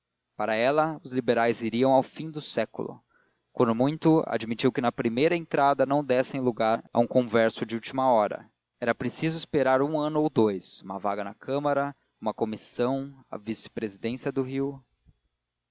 para ela os liberais iriam ao fim do século quando muito admitiu que na primeira entrada não dessem lugar a um converso da última hora era preciso esperar um ano ou dous uma vaga na câmara uma comissão a vice presidência do rio